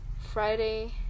Friday